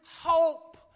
hope